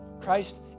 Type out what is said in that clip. Christ